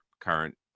current